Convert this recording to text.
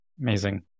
Amazing